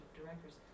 directors